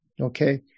okay